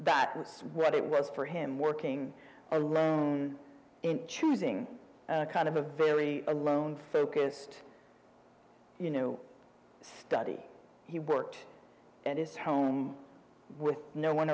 that was sweat it was for him working in choosing a kind of a very alone focused you know study he worked at his home with no one